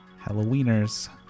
Halloweeners